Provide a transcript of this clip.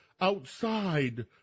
outside